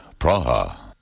Praha